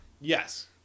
Yes